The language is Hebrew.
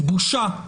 בושה.